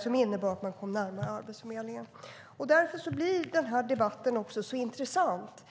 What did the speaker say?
som innebar att man kom närmare arbetsmarknaden. Det här gör debatten så intressant.